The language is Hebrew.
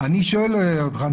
אני שואל אותך,